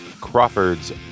Crawford's